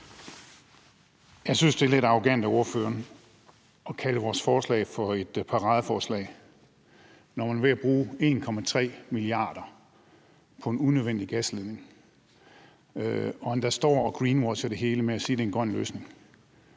Jeg synes, det er lidt arrogant af ordføreren at kalde vores forslag for et paradeforslag, når man er ved at bruge 1,3 mia. kr. på en unødvendig gasledning og endda står og greenwasher det hele med at sige, at det er en grøn løsning.